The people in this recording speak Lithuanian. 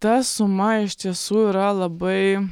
ta suma iš tiesų yra labai